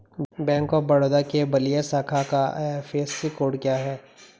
Bank of Baroda के बलिया शाखा का आई.एफ.एस.सी कोड क्या है?